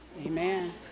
Amen